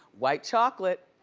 white chocolate.